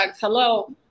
hello